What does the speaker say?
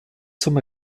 zum